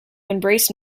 embrace